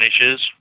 finishes